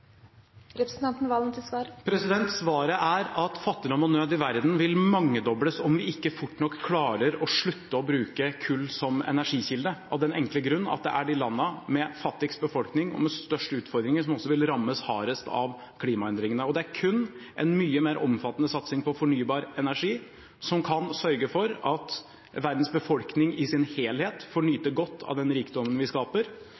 Svaret er at fattigdom og nød i verden vil mangedobles om vi ikke fort nok klarer å slutte å bruke kull som energikilde, av den enkle grunn at det er de landene med den fattigste befolkningen og med de største utfordringene som også vil rammes hardest av klimaendringene. Det er kun en mye mer omfattende satsing på fornybar energi som kan sørge for at verdens befolkning i sin helhet får nyte godt av den rikdommen vi skaper,